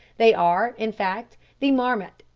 they are, in fact, the marmot,